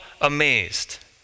amazed